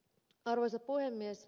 arvoisa puhemies